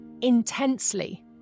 intensely